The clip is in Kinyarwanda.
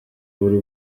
buri